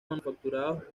manufacturados